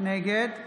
נגד